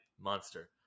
monster